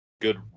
good